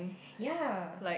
yea